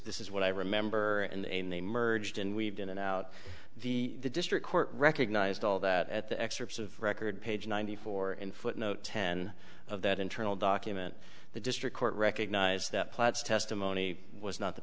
this is what i remember and they merged and weaved in and out the district court recognized all that at the excerpts of record page ninety four and footnote ten of that internal document the district court recognized that platts testimony was not the